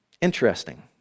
Interesting